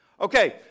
Okay